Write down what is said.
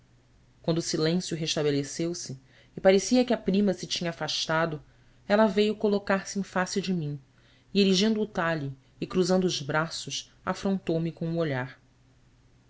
quando o silêncio restabeleceu se e parecia que a prima se tinha afastado ela veio colocar-se em face de mim e erigindo o talhe e cruzando os braços afrontou me com o olhar